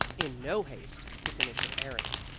in no haste to finish her errand.